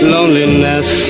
Loneliness